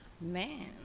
Man